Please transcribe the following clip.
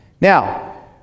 Now